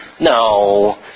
No